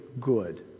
good